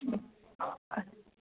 অঁ